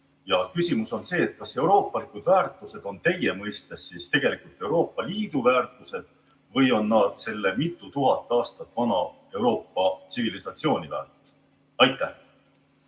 küsimus on see: kas euroopalikud väärtused on teie mõistes siis tegelikult Euroopa Liidu väärtused või on need selle mitu tuhat aastat vana Euroopa tsivilisatsiooni väärtused? Aitäh,